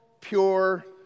pure